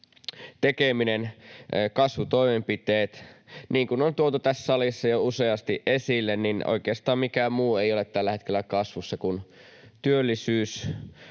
tekeminen, kasvutoimenpiteet. Niin kuin on tuotu tässä salissa jo useasti esille, niin oikeastaan mikään muu ei ole tällä hetkellä kasvussa kuin työllisyys